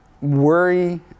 worry